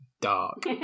dark